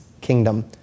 kingdom